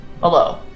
Hello